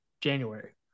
January